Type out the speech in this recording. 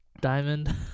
diamond